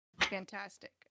Fantastic